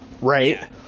right